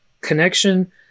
connection